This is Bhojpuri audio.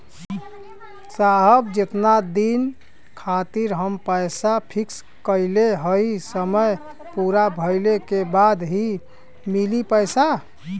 साहब जेतना दिन खातिर हम पैसा फिक्स करले हई समय पूरा भइले के बाद ही मिली पैसा?